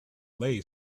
lay